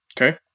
Okay